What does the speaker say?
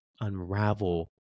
unravel